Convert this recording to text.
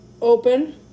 open